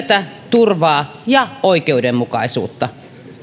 turvaa ja oikeudenmukaisuutta